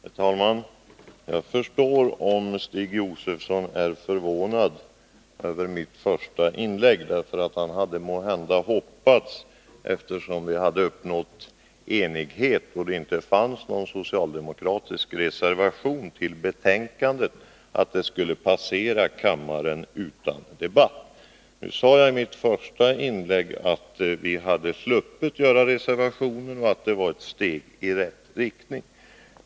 Herr talman! Jag förstår att Stig Josefson är förvånad över mitt första inlägg. Han hade måhända hoppats — eftersom vi hade uppnått enighet och det inte fanns någon socialdemokratisk reservation fogad till betänkandet — att ärendet skulle passera kammaren utan debatt. Nu sade jag i mitt första inlägg att vi hade sluppit skriva en reservation och att det var ett steg i rätt riktning.